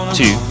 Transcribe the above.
two